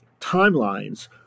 timelines